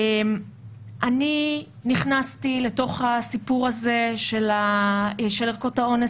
אני נכנסתי לתוך הסיפור הזה של ערכות האונס